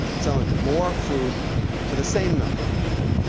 selling more food to the same number of people.